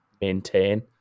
maintain